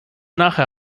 nachher